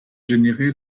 générer